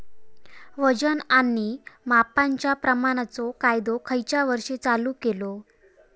वजन आणि मापांच्या प्रमाणाचो कायदो खयच्या वर्षी चालू केलो?